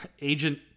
Agent